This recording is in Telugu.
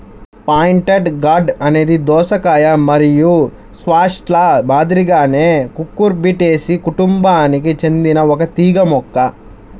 పాయింటెడ్ గార్డ్ అనేది దోసకాయ మరియు స్క్వాష్ల మాదిరిగానే కుకుర్బిటేసి కుటుంబానికి చెందిన ఒక తీగ మొక్క